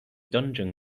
dungeon